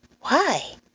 Why